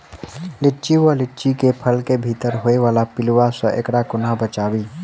लिच्ची वा लीची केँ फल केँ भीतर होइ वला पिलुआ सऽ एकरा कोना बचाबी?